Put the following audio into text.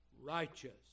righteous